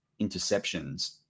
interceptions